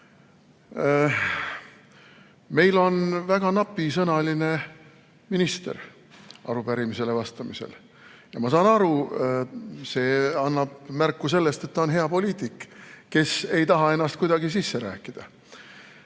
Meil on väga napisõnaline minister arupärimisele vastamas. Ma saan aru, see annab märku sellest, et ta on hea poliitik, kes ei taha ennast kuidagi sisse rääkida.